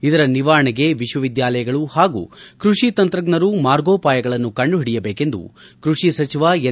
ಇದರ ನಿವಾರಣೆಗೆ ವಿಶ್ವವಿದ್ಯಾಲಯಗಳು ಹಾಗೂ ಕೃಷಿ ತಂತ್ರಜ್ಞರು ಮಾರ್ಗೋಪಾಯಗಳನ್ನು ಕಂಡು ಓಡಿಯಬೇಕೆಂದು ಕ್ರಷಿ ಸಚಿವ ಎನ್